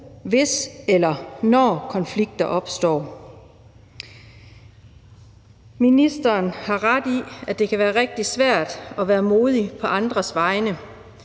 hvis eller når konflikter opstår. Ministeren har ret i, at det kan være rigtig svært at være modig på andres vegne,